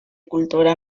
cultura